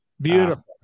Beautiful